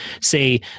say